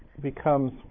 Becomes